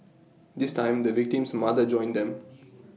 this time the victim's mother joined them